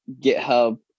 GitHub